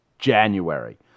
january